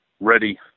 ready